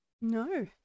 No